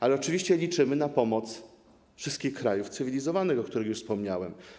Ale oczywiście liczymy na pomoc wszystkich krajów cywilizowanych, o których już wspomniałem.